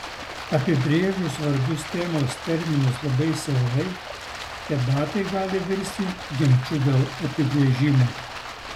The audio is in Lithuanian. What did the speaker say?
apibrėžus svarbius temos terminus labai siaurai debatai gali virsti ginču dėl apibrėžimų